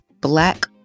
black